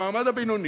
המעמד הבינוני,